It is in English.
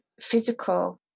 physical